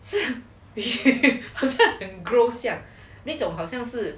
好像很 gross 这样那种好像是